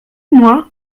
mois